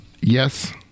Yes